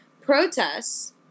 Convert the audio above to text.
protests